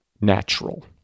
natural